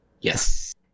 Yes